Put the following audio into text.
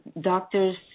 doctors